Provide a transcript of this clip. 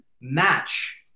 match